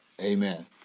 Amen